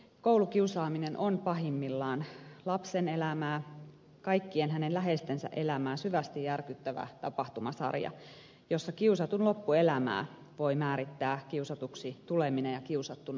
koulukiusaaminen on pahimmillaan lapsen elämää ja kaikkien hänen läheistensä elämää syvästi järkyttävä tapahtumasarja jossa kiusatun loppuelämää voi määrittää kiusatuksi tuleminen ja kiusattuna oleminen